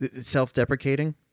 self-deprecating